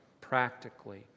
practically